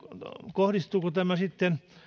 kohdistuuko tämä sitten